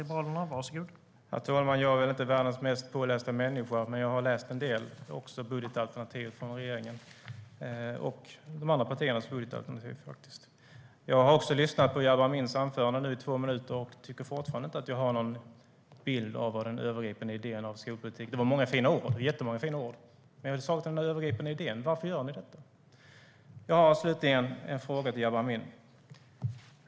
Herr talman! Jag är väl inte världens mest pålästa människa, men jag har läst en del, även budgetalternativet från regeringen. Jag har faktiskt läst de andra partiernas budgetalternativ också. Jag har lyssnat på Jabar Amins replik nu i två minuter, och jag tycker fortfarande inte att jag har en bild av den övergripande idén om skolpolitiken. Det var många jättefina ord, men jag saknar den övergripande idén om varför ni gör detta. Jag har en fråga till Jabar Amin.